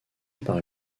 par